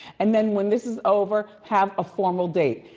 and then when this is over, have a formal date.